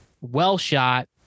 well-shot